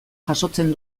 jasotzen